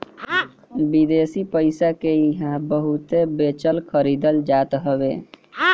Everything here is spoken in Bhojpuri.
विदेशी पईसा के इहां बहुते बेचल खरीदल जात हवे